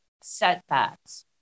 setbacks